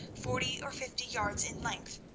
forty or fifty yards in length,